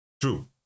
True